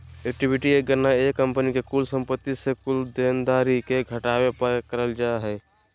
equity के गणना एक कंपनी के कुल संपत्ति से कुल देनदारी के घटावे पर करल जा हय